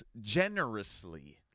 generously